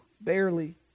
Barely